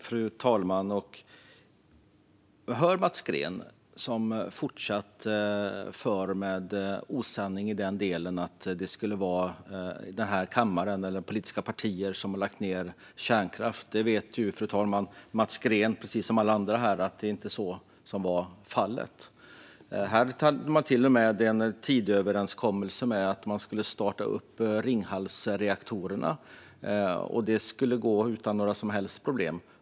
Fru talman! Jag hör Mats Green, som fortsatt far med osanning i den delen att det skulle vara denna kammare eller politiska partier som har lagt ned kärnkraft. Mats Green vet, fru talman, precis som alla andra här att så inte är fallet. Det fanns till och med en Tidööverenskommelse om att man skulle starta Ringhalsreaktorerna, och det skulle gå utan några som helst problem.